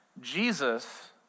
Jesus